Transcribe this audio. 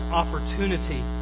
opportunity